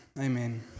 Amen